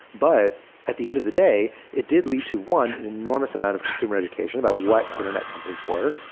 but at the end of the day, it did lead to one enormous amount of consumer education about what internet companies were.